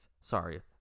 Sorry